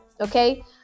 okay